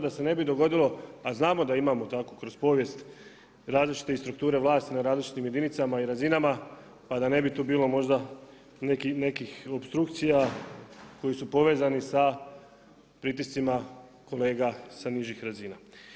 Da se ne bi dogodilo, a znamo da imamo tako kroz povijest različite strukture vlasti na različitim jedinicama i razinama pa da ne bi tu bilo možda nekih opstrukcija koje su povezani sa pritiscima kolega sa nižih razina.